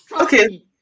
okay